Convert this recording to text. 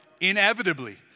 inevitably